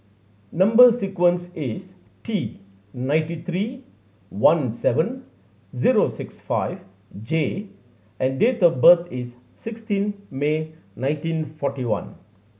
number sequence is T nineteen three one seven zero six five J and date of birth is sixteen May nineteen forty one